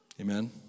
Amen